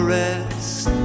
rest